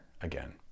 again